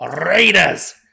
Raiders